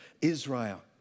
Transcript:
Israel